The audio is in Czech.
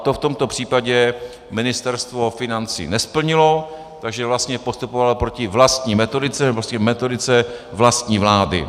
To v tomto případě Ministerstvo financí nesplnilo, takže vlastně postupovalo proti vlastní metodice, metodice vlastní vlády.